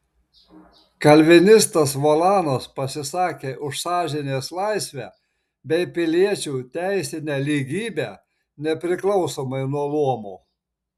kalvinistas volanas pasisakė už sąžinės laisvę bei piliečių teisinę lygybę nepriklausomai nuo luomo